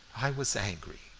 i was angry,